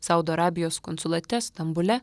saudo arabijos konsulate stambule